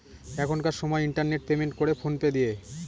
এখনকার সময় internet payment করে ফোন পে দিয়ে